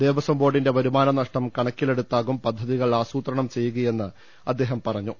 ദേവസ്വം ബോർഡിന്റെ വരുമാന നഷ്ടം കണക്കിലെടുത്താകും പദ്ധതികൾ ആസൂത്രണം ചെയ്യുകയെന്ന് അദ്ദേഹം പറഞ്ഞു